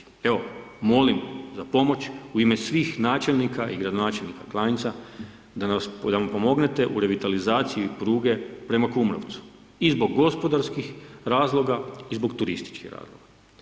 Evo, molim za pomoć u ime svih načelnika i gradonačelnika Klanjca da nam pomognete u revitalizaciji pruge prema Kumrovcu i zbog gospodarskih razloga i zbog turističkih razloga.